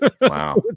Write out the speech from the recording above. Wow